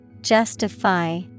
Justify